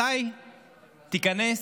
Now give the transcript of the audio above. מתי תיכנס